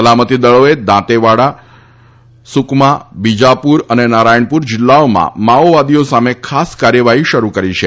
સલામતીદળોએ દાંતેવાડા સુકમા બીજાપુર અને નારાયણપુર જિલ્લાઓમાં માઓવાદીઓ સામે ખાસ કાર્યવાહી શરૂ કરી છે